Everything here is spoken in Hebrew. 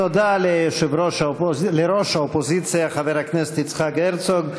תודה לראש האופוזיציה חבר הכנסת יצחק הרצוג.